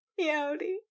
Meowdy